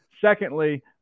Secondly